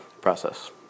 process